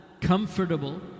comfortable